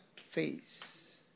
phase